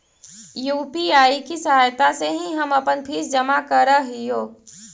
UPI की सहायता से ही हम अपन फीस जमा करअ हियो